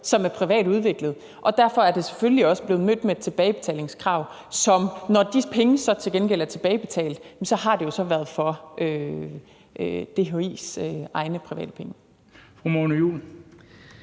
som er privat udviklet, og derfor er det selvfølgelig også blevet mødt med et tilbagebetalingskrav. Når de penge til gengæld er tilbagebetalt, har det jo så været for DHI's egne private penge.